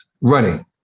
running